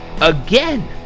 again